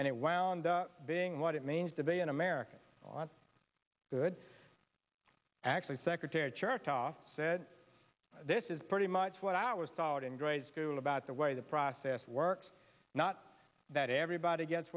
and it wound up being what it means to be an american on good actually secretary chertoff said this is pretty much what i was taught in grade school about the way the process works not that everybody gets